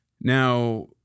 Now